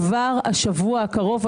כבר השבוע הקרוב,